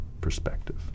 perspective